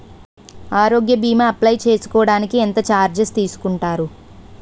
ఆరోగ్య భీమా అప్లయ్ చేసుకోడానికి ఎంత చార్జెస్ తీసుకుంటారు?